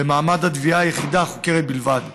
במעמד התביעה, היחידה החוקרת בלבד.